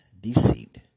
deceit